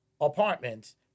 apartments